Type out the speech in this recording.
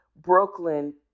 Brooklyn